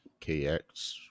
kx